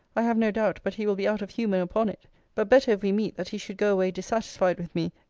i have no doubt but he will be out of humour upon it but better, if we meet, that he should go away dissatisfied with me,